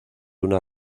una